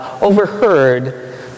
overheard